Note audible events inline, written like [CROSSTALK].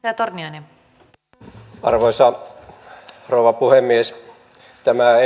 arvoisa rouva puhemies tämä [UNINTELLIGIBLE]